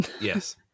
yes